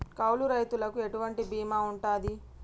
కౌలు రైతులకు ఎటువంటి బీమా ఉంటది?